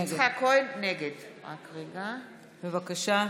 כהן, בבקשה.